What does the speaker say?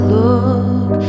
look